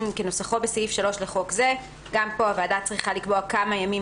כנוסחו בסעיף 3 לחוק זה" גם פה הוועדה צריכה לקבוע כמה "ימים